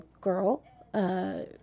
girl